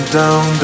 down